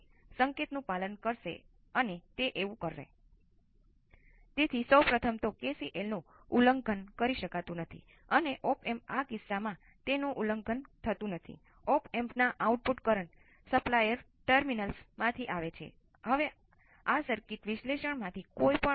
આ સામાન્ય સ્વરૂપ છે અને પ્રારંભિક અંતિમ મૂલ્ય એ હોય છે કે જે સમય અચળાંક RC પર આધારિત હોય છે